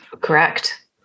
correct